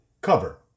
Cover